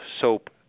soap